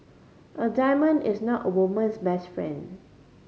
a diamond is not a woman's best friend